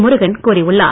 முருகன் கூறியுள்ளார்